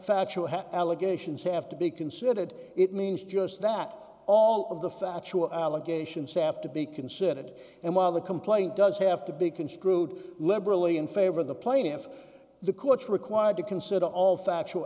factual have allegations have to be considered it means just that all of the factual allegations have to be considered and while the complaint does have to be construed liberally in favor of the plaintiff the court's required to consider all factual